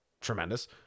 tremendous